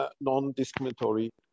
non-discriminatory